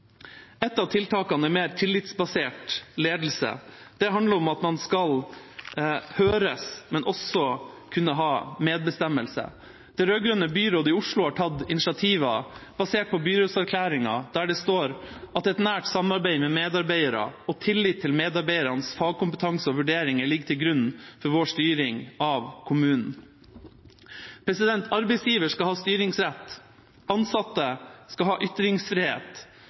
Et av tiltakene er mer tillitsbasert ledelse. Det handler om at man skal høres, men også kunne ha medbestemmelse. Det rød-grønne byrådet i Oslo har tatt initiativer basert på byrådserklæringen, der det står: «Et nært samarbeid med ansatte og tillit til ansattes fagkompetanse og vurderinger ligger til grunn for vår styring av kommunen.» Arbeidsgiver skal ha styringsrett. Ansatte skal ha ytringsfrihet.